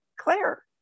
Claire